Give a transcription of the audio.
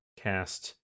cast